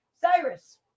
Cyrus